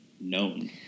known